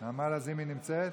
נעמה לזימי נמצאת?